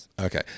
Okay